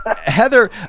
Heather